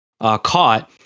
caught